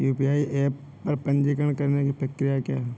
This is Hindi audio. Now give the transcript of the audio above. यू.पी.आई ऐप पर पंजीकरण करने की प्रक्रिया क्या है?